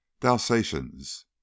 dalsations